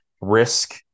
risk